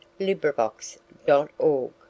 LibriVox.org